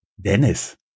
Dennis